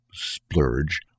splurge